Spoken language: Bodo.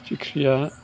फिथिख्रिया